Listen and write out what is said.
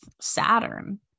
Saturn